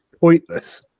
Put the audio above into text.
pointless